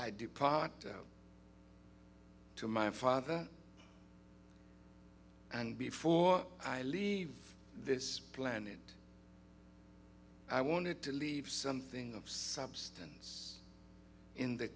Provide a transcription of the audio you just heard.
depart to my father and before i leave this planet i wanted to leave something of substance in the